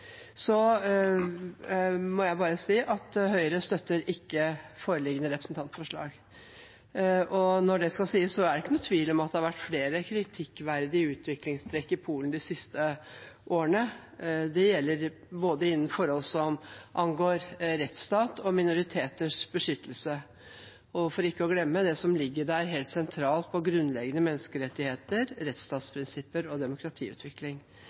Høyre støtter ikke foreliggende representantforslag. Nå skal det sies at det er ingen tvil om at det har vært flere kritikkverdige utviklingstrekk i Polen de siste årene. Det gjelder forhold som angår rettsstat og minoriteters beskyttelse, for ikke å glemme det som er helt sentralt, og som gjelder grunnleggende menneskerettigheter, rettsstatsprinsipper og demokratiutvikling.